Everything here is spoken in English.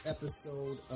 episode